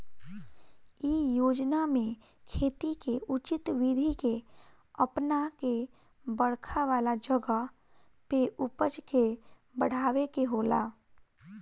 इ योजना में खेती के उचित विधि के अपना के बरखा वाला जगह पे उपज के बढ़ावे के होला